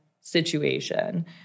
situation